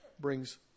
brings